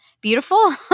beautiful